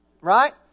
Right